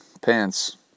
pants